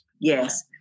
Yes